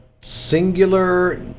singular